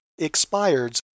expireds